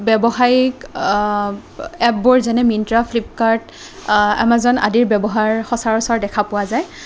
ব্য়ৱসায়িক এপবোৰ যেনে মীন্ট্ৰা ফ্লিপকাৰ্ট এমাজন আদিৰ ব্য়ৱহাৰ সচৰাচৰ দেখা পোৱা যায়